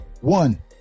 One